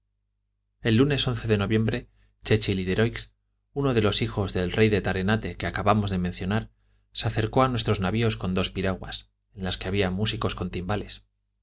el lunes de noviembre chechilideroix uno de los hijos del rey de tarenate que acabamos de mencionar se acercó a nuestros navios con dos piraguas en las que había músicos con timbales